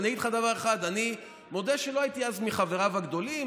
ואני אגיד לך דבר אחד: אני מודה שלא הייתי אז מחבריו הגדולים,